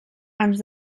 ens